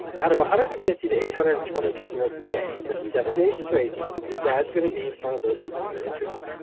out of one hundred and fifty to eight hundred and twenty people a day for seven days straight this ad is gonna be in front of those people with the interests.